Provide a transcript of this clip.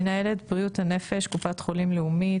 מנהלת בריאות הנפש קופת חולים לאומית,